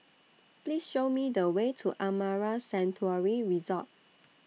Please Show Me The Way to Amara Sanctuary Resort